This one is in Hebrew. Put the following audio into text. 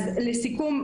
אז לסיכום,